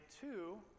two